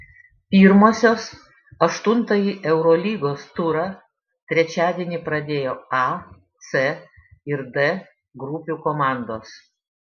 pirmosios aštuntąjį eurolygos turą trečiadienį pradėjo a c ir d grupių komandos